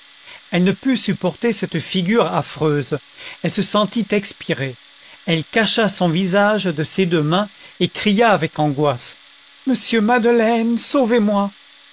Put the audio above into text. elle ne put supporter cette figure affreuse elle se sentit expirer elle cacha son visage de ses deux mains et cria avec angoisse monsieur madeleine sauvez-moi